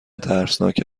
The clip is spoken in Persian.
ترسناک